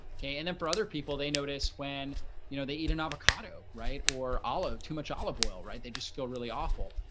okay, and then for other people, they notice when you know they eat an avocado, right, or all too much olive oil, right? they just feel really awful.